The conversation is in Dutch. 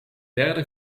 derde